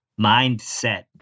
Mindset